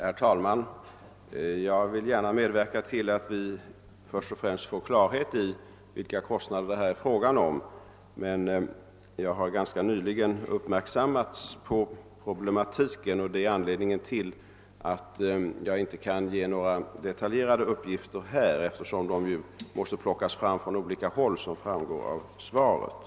Herr talman! Jag skall gärna medverka till att vi får klarhet i vilka kostnader det här rör sig om. Jag har emellertid uppmärksammat denna problematik ganska nyligen, och därför kan jag inte nu lämna några detaljerade uppgifter. De måste plockas fram från olika håll. Det framgår också av svaret.